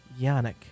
Yannick